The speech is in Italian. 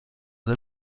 del